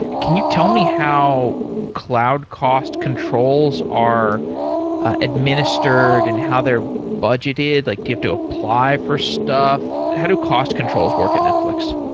can you tell me how cloud cost controls are administered and how they're budgeted, like give to apply for stuff? how do cost controls work at netflix?